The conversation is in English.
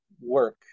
work